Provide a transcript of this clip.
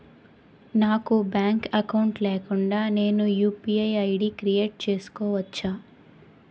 నాకు bank account లేకుండా నేను యు.పి.ఐ ఐ.డి క్రియేట్ చేసుకోవచ్చా?